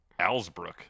Alsbrook